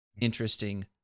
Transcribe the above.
interesting